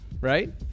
right